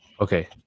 Okay